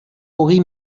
hogei